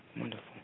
Wonderful